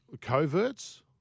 coverts